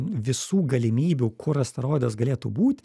visų galimybių kur asteroidas galėtų būt